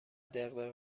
دغدغه